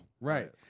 Right